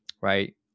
right